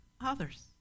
others